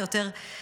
אלא יותר חיזוק,